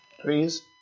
please